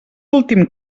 últim